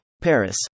Paris